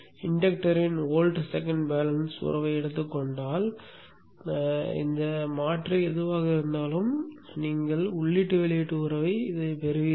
இண்டக்டர்யின் volt second balance உறவை எடுத்துக் கொண்டால் மாற்றி எதுவாக இருந்தாலும் நீங்கள் உள்ளீட்டு வெளியீட்டு உறவைப் பெறுவீர்கள்